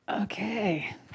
Okay